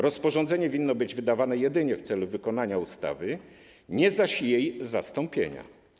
Rozporządzenie winno być wydawane jedynie w celu wykonania ustawy, nie zaś jej zastąpienia.